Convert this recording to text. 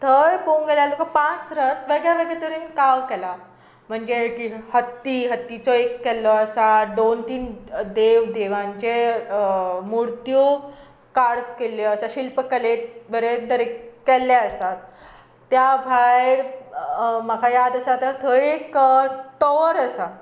थंय पळोवंक गेल्यार तुमकां पांच रथ वेगळ्या वेगळ्या तरेन कार्व केल्यात म्हणजे की हत्ती हत्तीचो एक केल्लो आसा दोन तीन देव देवांचे मुर्त्यो कार्व केल्ल्यो आसा शिल्पकलेक बरें तरेन केल्लें आसा त्या भायर म्हाका याद आसा आतां थंय एक टॉवर आसा